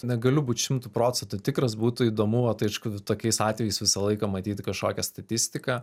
negaliu būti šimtu procentų tikras būtų įdomu o tai aišku tokiais atvejais visą laiką matyti kažkokią statistiką